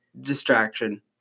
distraction